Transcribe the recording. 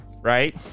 right